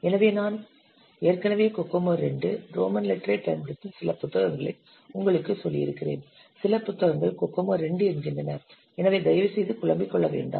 எனவே நான் ஏற்கனவே கோகோமோ II ரோமன் லெட்டரை பயன்படுத்தும் சில புத்தகங்களை உங்களுக்குச் சொல்லியிருக்கிறேன் சில புத்தகங்கள் கோகோமோ 2 என்கின்றன எனவே தயவுசெய்து குழம்பி கொள்ள வேண்டாம்